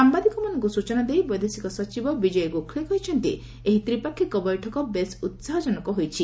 ସାମ୍ବାଦିକମାନଙ୍କୁ ସୂଚନା ଦେଇ ବୈଦେଶିକ ସଚିବ ବିଜୟ ଗୋଖଲେ କହିଛନ୍ତି ଏହି ତ୍ରିପାକ୍ଷିକ ବେିଠକ ବେଶ୍ ଉସାହଜନକ ହୋଇଛି